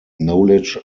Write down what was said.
knowledge